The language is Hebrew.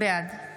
בעד